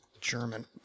German